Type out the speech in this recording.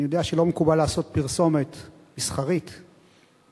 אני יודע שלא מקובל לעשות פרסומת מסחרית בכנסת,